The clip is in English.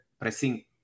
pressing